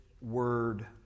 word